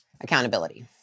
accountability